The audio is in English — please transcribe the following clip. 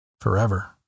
forever